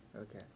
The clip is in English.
Okay